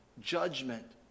judgment